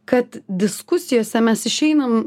kad diskusijose mes išeinam